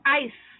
ice